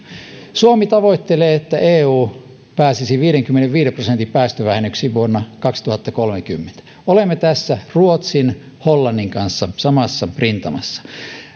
suomi tavoittelee että eu pääsisi viidenkymmenenviiden prosentin päästövähennyksiin vuonna kaksituhattakolmekymmentä olemme tässä ruotsin ja hollannin kanssa samassa rintamassa